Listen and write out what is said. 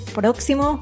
próximo